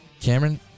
Cameron